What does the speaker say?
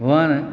वणु